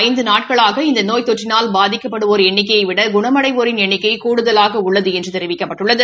ஐந்து நாட்களாக இந்த நோய் தொற்றினால் பாதிக்கப்படுவோரின் எண்ணிக்கையைவிட கடந்த குணமடைவோரின் எண்ணிக்கை கூடுதலாக உள்ளது என்று தெரிவிக்கப்பட்டுள்ளது